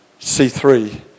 C3